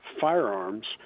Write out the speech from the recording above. firearms